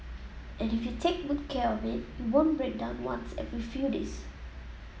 and if you take good care of it it won't break down once every few days